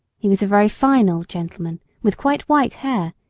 he was a very fine old gentleman with quite white hair,